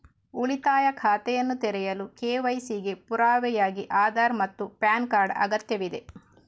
ಉಳಿತಾಯ ಖಾತೆಯನ್ನು ತೆರೆಯಲು ಕೆ.ವೈ.ಸಿ ಗೆ ಪುರಾವೆಯಾಗಿ ಆಧಾರ್ ಮತ್ತು ಪ್ಯಾನ್ ಕಾರ್ಡ್ ಅಗತ್ಯವಿದೆ